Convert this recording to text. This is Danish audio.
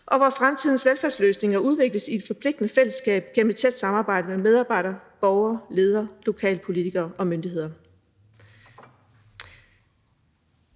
og hvor fremtidens velfærdsløsninger udvikles i et forpligtende fællesskab gennem et tæt samarbejde mellem medarbejdere, borgere, ledere, lokalpolitikere og myndigheder.